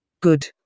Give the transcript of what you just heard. Good